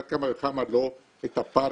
על אחת כמה וכמה לא את הפער